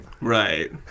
Right